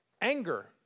Anger